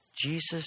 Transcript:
Jesus